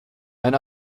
ein